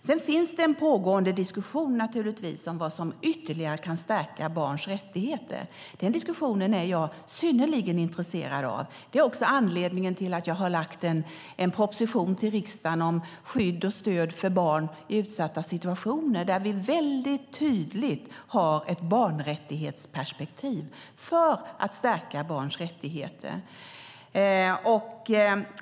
Sedan finns det en pågående diskussion, naturligtvis, om vad som ytterligare kan stärka barns rättigheter. Den diskussionen är jag synnerligen intresserad av. Det är också anledningen till att jag har lagt fram en proposition för riksdagen om skydd och stöd för barn i utsatta situationer, där vi väldigt tydligt har ett barnrättighetsperspektiv för att stärka barns rättigheter.